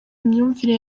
imyumvire